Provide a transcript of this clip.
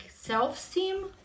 self-esteem